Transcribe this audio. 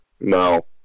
No